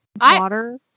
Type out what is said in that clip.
Water